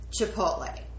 Chipotle